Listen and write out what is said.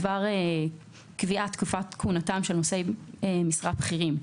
בדבר קביעת תקופת כהונתם של נושאי משרה בכירים.